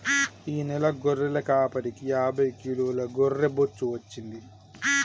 ఈ నెల గొర్రెల కాపరికి యాభై కిలోల గొర్రె బొచ్చు వచ్చింది